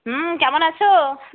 হুম কেমন আছ